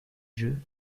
jeux